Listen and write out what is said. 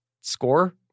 score